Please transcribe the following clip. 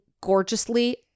gorgeously